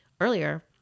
earlier